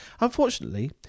Unfortunately